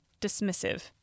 dismissive